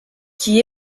qui